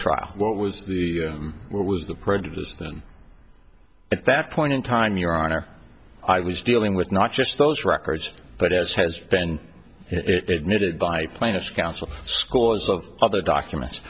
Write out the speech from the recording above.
trial what was the what was the prejudice then at that point in time your honor i was dealing with not just those records but as has been it needed by plaintiff's counsel scores of other documents